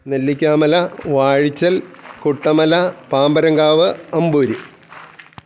Nellikkamala Vazhachal Kuttamala Pambaramkavu Amboori